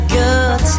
good